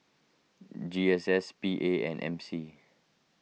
G S S P A and M C